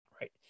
right